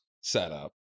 setup